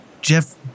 Jeff